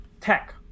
tech